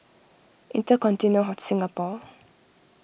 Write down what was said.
Intercontinental Singapore